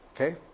Okay